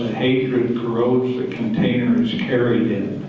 hatred corrodes the container it's carried in.